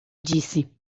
disse